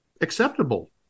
acceptable